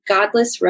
Godless